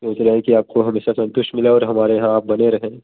सोच रहें हैं कि आपको हमेशा संतुष्टि मिले और हमारे यहाँ आप बने रहें